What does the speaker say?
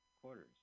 quarters